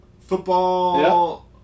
football